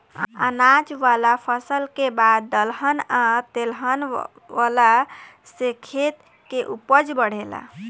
अनाज वाला फसल के बाद दलहन आ तेलहन बोआला से खेत के ऊपज बढ़ेला